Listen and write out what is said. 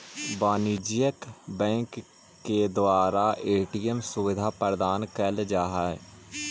वाणिज्यिक बैंक के द्वारा ए.टी.एम सुविधा प्रदान कैल जा हइ